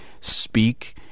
speak